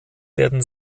werden